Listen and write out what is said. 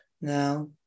now